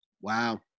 Wow